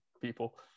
people